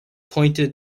pointed